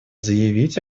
заявить